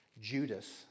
Judas